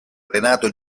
renato